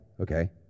okay